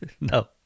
No